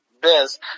Biz